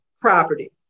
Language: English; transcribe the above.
property